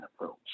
approach